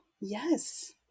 yes